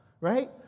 right